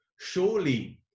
surely